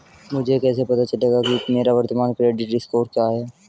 मुझे कैसे पता चलेगा कि मेरा वर्तमान क्रेडिट स्कोर क्या है?